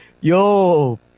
Yo